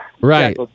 Right